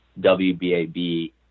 WBAB